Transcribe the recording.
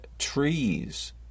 trees